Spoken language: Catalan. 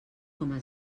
coma